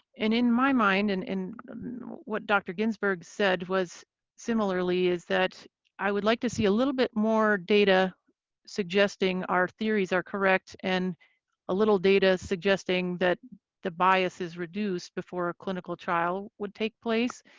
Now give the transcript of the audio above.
and in my mind and what dr. ginsberg said was similar like is that i would like to see a little bit more data suggesting our theories are correct and a little data suggesting that the bias is reduced before a clinical trial would take place.